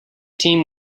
team